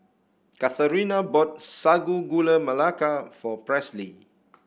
Katharina bought Sago Gula Melaka for Presley